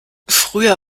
früher